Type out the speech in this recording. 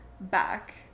Back